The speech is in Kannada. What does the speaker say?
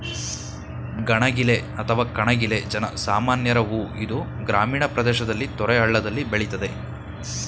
ಗಣಗಿಲೆ ಅಥವಾ ಕಣಗಿಲೆ ಜನ ಸಾಮಾನ್ಯರ ಹೂ ಇದು ಗ್ರಾಮೀಣ ಪ್ರದೇಶದಲ್ಲಿ ತೊರೆ ಹಳ್ಳದಲ್ಲಿ ಬೆಳಿತದೆ